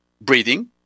breathing